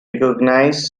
recognises